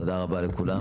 תודה רבה לכולם.